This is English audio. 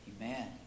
Amen